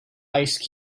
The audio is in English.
ice